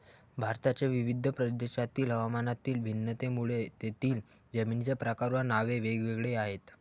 भारताच्या विविध प्रदेशांतील हवामानातील भिन्नतेमुळे तेथील जमिनींचे प्रकार व नावे वेगवेगळी आहेत